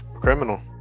criminal